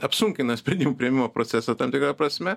apsunkina sprendimų priėmimo procesą tam tikra prasme